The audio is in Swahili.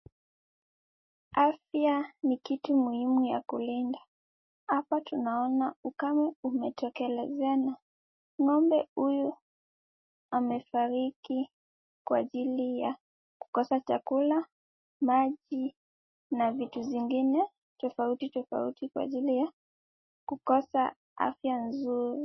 Afya ni kitu muhimu ya kulinda. Hapa tunaona ukame umetokelezea na ng'ombe huyu amefariki kwa ajili ya kukosa chakula, maji na vitu zingine tofauti tofauti, kwa ajili ya kukosa afya nzuri.